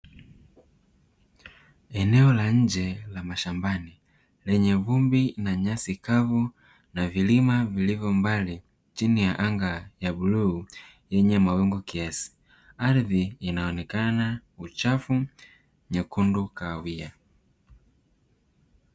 Eneo la nje la mashambani lenye vumbi na nyasi kavu na vilima vilivyo mbali chini ya anga ya bluu yenye mawingu kiasi, ardhi inaonekana uchafu nyekundu kahawia.